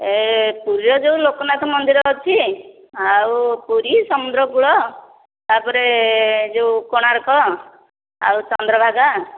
ଏ ପୁରୀରେ ଯେଉଁ ଲୋକନାଥ ମନ୍ଦିର ଅଛି ଆଉ ପୁରୀ ସମୁଦ୍ର କୂଳ ତାପରେ ଯେଉଁ କୋଣାର୍କ ଆଉ ଚନ୍ଦ୍ରଭାଗା